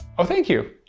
oh, thank you.